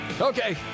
Okay